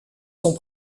sont